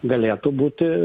galėtų būt